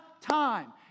time